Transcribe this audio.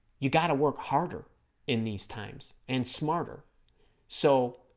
you got to work harder in these times and smarter so